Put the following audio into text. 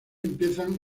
empiezan